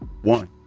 One